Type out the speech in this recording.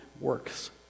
works